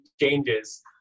changes